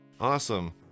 Awesome